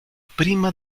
prima